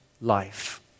life